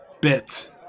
bits